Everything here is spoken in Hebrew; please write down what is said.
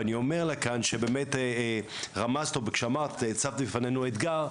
ואני אומר לה כאן שבאמת רמזת כשאמרת הצבת בפנינו אתגר,